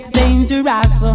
dangerous